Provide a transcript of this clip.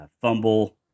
Fumble